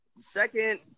Second